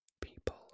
people